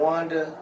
Wanda